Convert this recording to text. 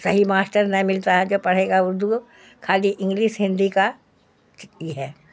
صحیح ماسٹر نہیں ملتا ہے جو پڑھے گا اردو خالی انگلس ہندی کا یہ ہے